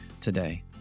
today